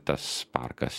tas parkas